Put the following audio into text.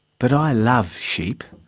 but i love sheep.